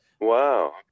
wow